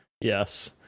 Yes